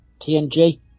TNG